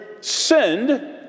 send